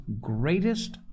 greatest